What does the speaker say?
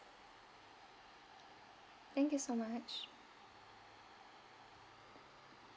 thank you so much